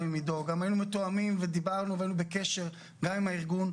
היינו מתואמים ובקשר גם עם הארגון.